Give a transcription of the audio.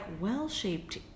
well-shaped